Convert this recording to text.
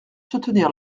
soutenir